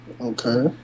Okay